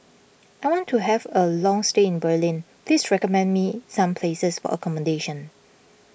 I want to have a long stay in Berlin please recommend me some places for accommodation